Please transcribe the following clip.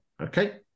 okay